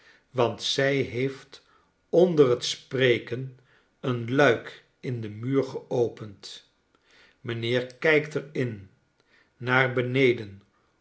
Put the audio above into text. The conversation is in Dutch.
want zij heeft onder het spreken een luik in den muur geopend mijnheer kijkt er in naar beneden